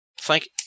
Thank